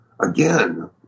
again